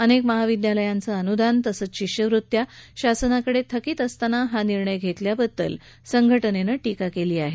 अनेक महाविद्यालयाचं अनुदान तसंच शिष्यवृत्तया शासनाकडे थकित असताना हा निर्णय घेतल्याबद्दल संघटनेनं टीका केली आहे